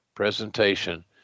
presentation